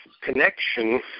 connection